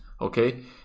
okay